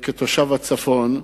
הצפון,